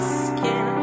skin